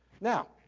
Now